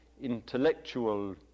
intellectual